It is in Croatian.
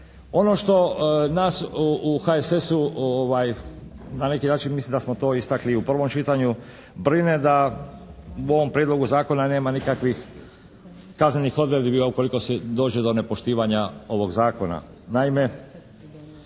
Ono što nas u HSS-u na neki način mislim da smo to istakli u prvom čitanju brine, da u ovom prijedlogu zakona nema nikakvih kaznenih odredbi ukoliko se dođe do nepoštivanja ovog zakona.